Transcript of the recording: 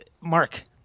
Mark